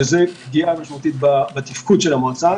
זו פגיעה משמעותית בתפקוד המועצה.